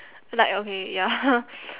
like okay ya